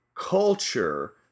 culture